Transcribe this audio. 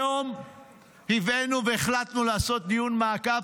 היום הבאנו והחלטנו לעשות דיון מעקב,